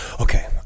Okay